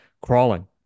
crawling